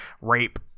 rape